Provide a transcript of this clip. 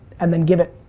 and then give it.